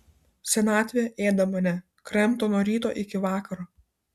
senatvė ėda mane kramto nuo ryto iki vakaro